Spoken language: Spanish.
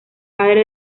padre